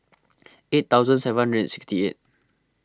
eight thousand seven hundred sixty eight